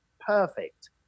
perfect